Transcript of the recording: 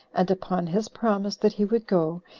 and upon his promise that he would go,